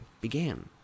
began